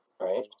right